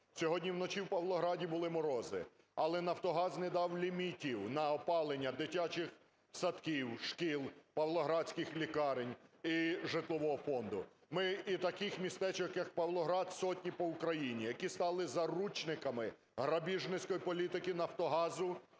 Сьогодні вночі у Павлограді були морози, але "Нафтогаз" не дав лімітів на опалення дитячих садків, шкіл, павловградських лікарень і житлового фонду. Ми … І таких містечок, як Павлоград, сотні по Україні, які стали заручниками грабіжницької політики "Нафтогазу",